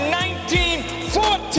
1914